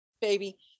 baby